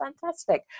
fantastic